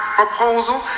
proposal